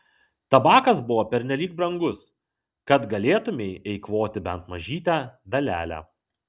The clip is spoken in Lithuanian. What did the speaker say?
tabakas buvo pernelyg brangus kad galėtumei eikvoti bent mažytę dalelę